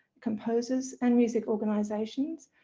composers and music organisations.